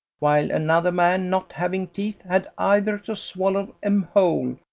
while another man not having teeth had either to swallow em whole,